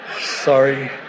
sorry